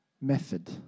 method